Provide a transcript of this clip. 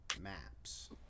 maps